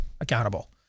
accountable